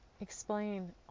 Explain